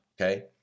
okay